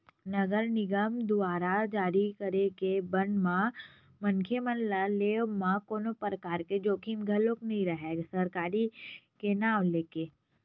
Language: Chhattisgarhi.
नगर निगम दुवारा जारी करे गे बांड म मनखे मन ल लेवब म कोनो परकार के जोखिम घलो नइ राहय सरकारी के नांव लेके